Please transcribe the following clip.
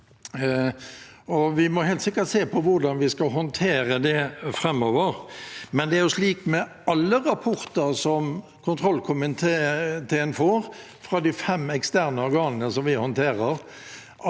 vi må helt sikkert se på hvordan vi skal håndtere det framover. Men det er jo slik med alle rapporter som kontrollkomiteen får fra de fem eksterne organene som vi håndterer,